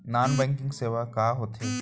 non banking सेवाएं का होथे